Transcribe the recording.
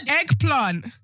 Eggplant